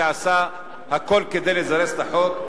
שעשה הכול כדי לזרז את החוק,